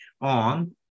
on